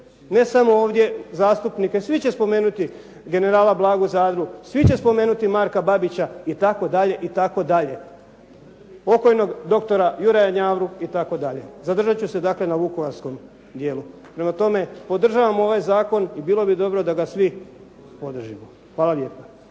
ne samo zastupnike, svi će spomenuti, generala Blagu Zadru, svi će spomenuti Marka Babića itd., itd.., pokojnog doktora Juraja Njavru itd.. Zadržati ću se dakle, na vukovarskom dijelu. Prema tome, podržavam ovaj zakon i bilo bi dobro da ga svi podržimo. Hvala lijepa.